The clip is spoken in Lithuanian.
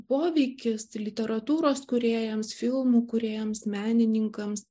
poveikis literatūros kūrėjams filmų kūrėjams menininkams